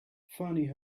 funny